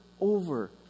over